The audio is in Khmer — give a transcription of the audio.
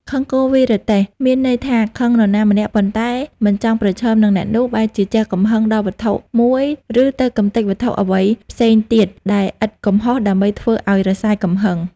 ខឹងគោ វ៉ៃរទេះ មានន័យថាខឹងនរណាម្នាក់ ប៉ុន្តែមិនចង់ប្រឈមនឹងអ្នកនោះ បែរជាជះកំហឹងដាក់វត្ថុមួយ ឬទៅកម្ទេចវត្ថុអ្វីផ្សេងទៀតដែលឥតកំហុសដើម្បីធ្វើឱ្យរសាយកំហឹង ។